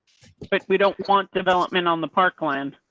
but we don't want development on the parkland.